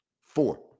four